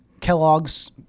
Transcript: Kellogg's